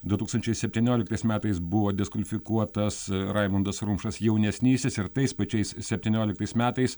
du tūkstančiai septynioliktais metais buvo diskvalifikuotas raimundas rumšas jaunesnysis ir tais pačiais septynioliktais metais